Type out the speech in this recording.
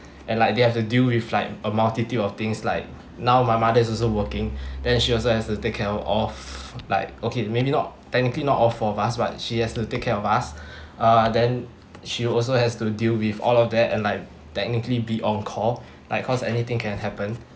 and like they have to deal with like a multitude of things like now my mother is also working then she also has to take care of like okay maybe not technically not all four of us but she has to take care of us uh then she also has to deal with all of that and like technically be on call like cause anything can happen